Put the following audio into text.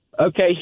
Okay